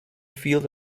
field